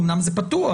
אומנם זה פתוח,